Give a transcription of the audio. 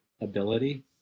ability